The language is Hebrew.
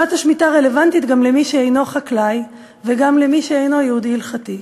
שנת השמיטה רלוונטית גם למי שאינו חקלאי וגם למי שאינו יהודי הלכתי.